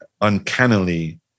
uncannily